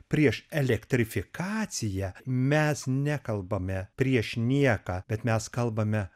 prieš elektrifikaciją mes nekalbame prieš nieką bet mes kalbame